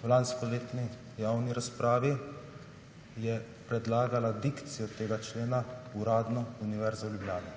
V lanskoletni javni razpravi je predlagala dikcijo tega člena uradno Univerza v Ljubljani.